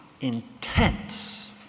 intense